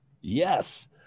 Yes